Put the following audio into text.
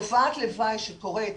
תופעת לוואי שקורית